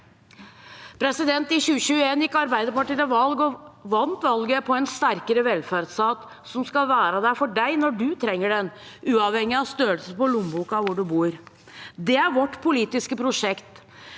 velferden. I 2021 gikk Arbeiderpartiet til valg – og vant valget – på en sterkere velferdsstat som skal være der for deg når du trenger den, uavhengig av størrelsen på lommeboka og hvor du bor. Det er vårt politiske prosjekt.